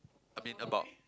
I mean about